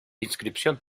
inscripción